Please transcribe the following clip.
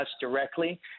directly